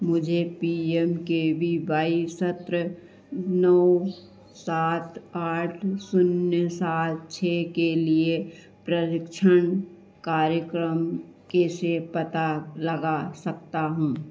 मुझे P M K V Y सत्र नौ सात आठ शून्य सात छह के लिए प्रशिक्षण कार्यक्रम कैसे पता लगा सकता हूँ